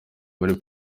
muri